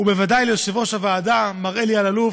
ובוודאי ליושב-ראש הוועדה מר אלי אלאלוף,